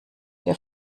wir